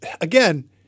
again